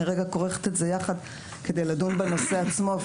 אני רקע כורכת את זה יחד כדי לדון בנושא עצמו,